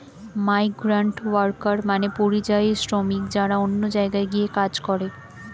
migrant worker মানে পরিযায়ী শ্রমিক যারা অন্য জায়গায় গিয়ে কাজ করে